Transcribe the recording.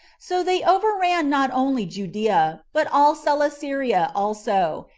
so they overran not only judea, but all celesyria also,